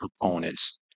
proponents